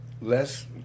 less